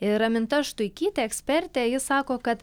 ir raminta štuikytė ekspertė ji sako kad